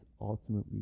ultimately